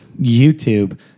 YouTube